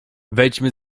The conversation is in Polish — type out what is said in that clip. wejdźmy